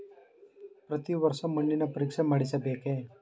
ಪ್ರತಿ ವರ್ಷ ಮಣ್ಣಿನ ಪರೀಕ್ಷೆ ಮಾಡಿಸಬೇಕೇ?